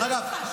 דרך אגב,